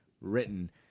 written